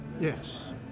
Yes